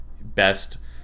best